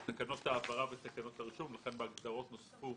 אלה תקנות העברה בתקנות הרישום ולכן בהגדרות נוספה